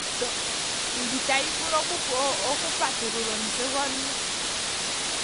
mbi tayi vulu oku patulula omutse gomuntu.